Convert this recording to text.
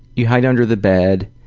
you hide under the bed,